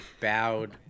bowed